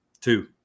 Two